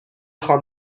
خوام